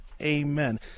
Amen